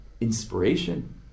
inspiration